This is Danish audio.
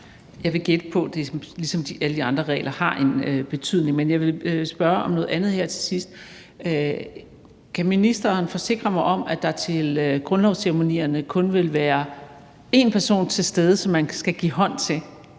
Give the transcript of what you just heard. Jeg vil gætte på, at det, ligesom alle de andre regler, har en betydning. Men jeg vil spørge om noget andet her til sidst: Kan ministeren forsikre mig om, at der til grundlovsceremonierne kun vil være én person til stede, som man skal give hånd til,